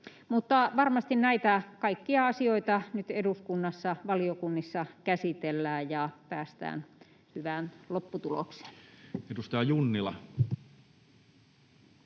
varmasti näitä kaikkia asioita nyt eduskunnassa valiokunnissa käsitellään ja päästään hyvään lopputulokseen. [Speech 96]